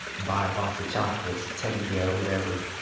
buy a box of chocolates, teddy bear or whatever.